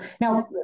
now